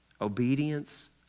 Obedience